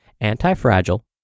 anti-fragile